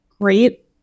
great